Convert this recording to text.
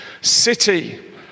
city